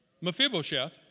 Mephibosheth